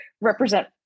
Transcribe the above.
represent